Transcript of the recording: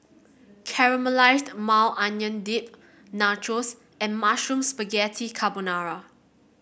Caramelized Maui Onion Dip Nachos and Mushroom Spaghetti Carbonara